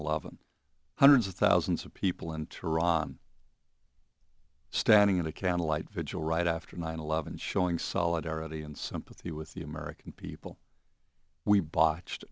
eleven hundreds of thousands of people into iran standing in a candlelight vigil right after nine eleven showing solidarity and sympathy with the american people we botched